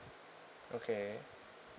okay